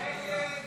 הסתייגות 99